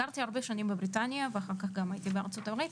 גרתי הרבה שני בבריטניה ואחר כך גם הייתי בארצות הברית,